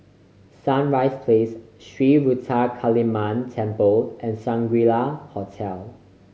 Sunrise Place Sri Ruthra Kaliamman Temple and Shangri La Hotel